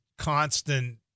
constant